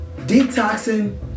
Detoxing